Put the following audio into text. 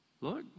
Look